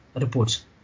reports